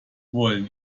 wollen